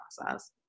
process